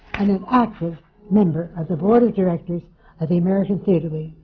and an active member of the board of directors of the american theater wing,